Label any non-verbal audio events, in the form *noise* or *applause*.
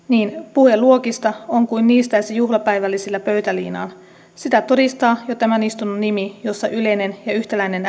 puhe luokista on kuin niistäisi juhlapäivällisillä pöytäliinaan sitä todistaa jo tämän istunnon nimi jossa yleinen ja yhtäläinen *unintelligible*